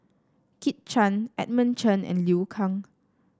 Kit Chan Edmund Chen and Liu Kang